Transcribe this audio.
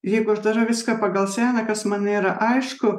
jeigu aš darau viską pagal seną kas man nėra aišku